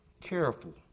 careful